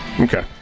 Okay